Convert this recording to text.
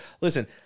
Listen